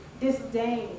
disdain